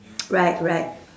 right right